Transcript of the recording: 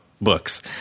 books